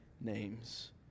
names